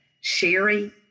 Sherry